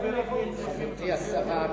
חברתי השרה,